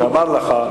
ואמר לך,